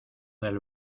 del